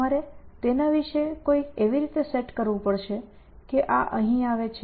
તમારે તેના વિશે કોઈ એવી રીતે સેટ કરવું પડશે કે આ અહીં આવે છે